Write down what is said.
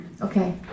Okay